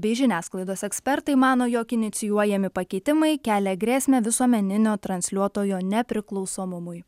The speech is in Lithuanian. bei žiniasklaidos ekspertai mano jog inicijuojami pakeitimai kelia grėsmę visuomeninio transliuotojo nepriklausomumui